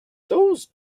those